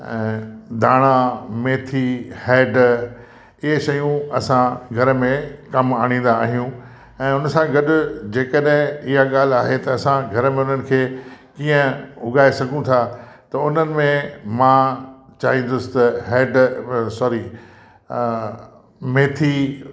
ऐं धाणा मेथी हेड इअं शयूं असां घर में कमु आणींदा आहियूं ऐं हुन सां गॾु जे कॾहिं इहा ॻाल्हि आहे त असां घर में उन्हनि खे कीअं उगाए सघूं था त उन्हनि में मां चांहिंदुसि त हेड सॉरी मेथी